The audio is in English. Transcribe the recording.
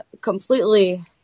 completely